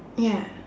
ya